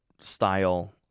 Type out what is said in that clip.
style